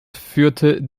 führte